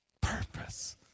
Purpose